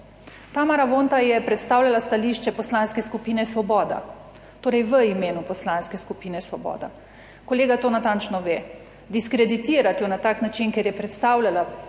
Tamara Vonta je predstavljala stališče Poslanske skupine Svoboda. Torej, v imenu Poslanske skupine Svoboda. Kolega to natančno ve. Diskreditirati jo na tak način, ker je predstavljala stališče